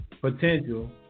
potential